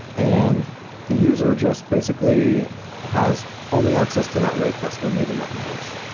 and the user just basically has only access to that ray cluster and maybe nothing else.